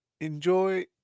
Enjoy